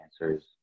answers